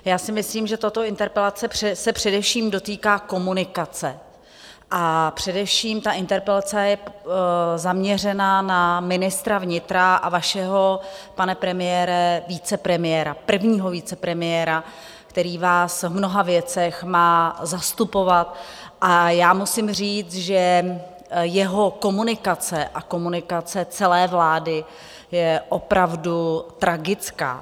Já si myslím, že tato interpelace se především dotýká komunikace, a především ta interpelace je zaměřena na ministra vnitra a vašeho, pane premiére, vicepremiéra, prvního vicepremiéra, který vás v mnoha věcech má zastupovat, a musím říct, že jeho komunikace a komunikace celé vlády je opravdu tragická.